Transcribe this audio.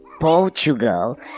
Portugal